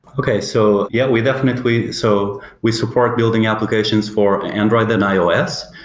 okay. so, yeah we definitely so we support building applications for android and ios,